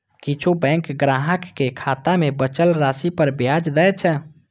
किछु बैंक ग्राहक कें खाता मे बचल राशि पर ब्याज दै छै